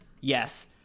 Yes